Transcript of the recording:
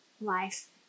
life